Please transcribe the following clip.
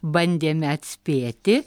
bandėme atspėti